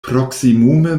proksimume